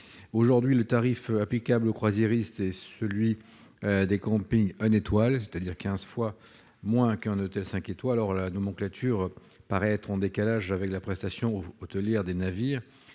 Aujourd'hui, le tarif applicable aux croisiéristes est celui des campings une étoile, c'est-à-dire quinze fois moins qu'un hôtel cinq étoiles. Cette nomenclature paraît en décalage avec la prestation hôtelière des navires,